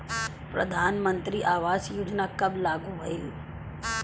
प्रधानमंत्री आवास योजना कब लागू भइल?